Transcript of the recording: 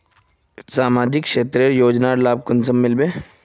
सामाजिक क्षेत्र योजनार लाभ कुंसम मिलबे?